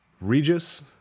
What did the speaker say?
Regis